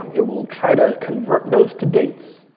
um it will try to convert those to dates,